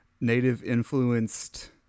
native-influenced